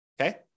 okay